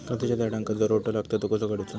काजूच्या झाडांका जो रोटो लागता तो कसो काडुचो?